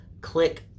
click